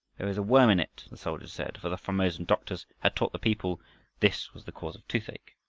there is a worm in it, the soldier said, for the formosan doctors had taught the people this was the cause of toothache.